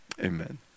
Amen